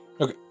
Okay